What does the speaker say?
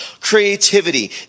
creativity